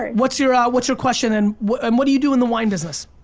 what's your ah what's your question and what um what do you do in the wine business?